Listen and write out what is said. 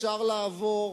אפשר לעבור,